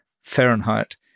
Fahrenheit